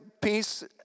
peace